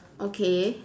okay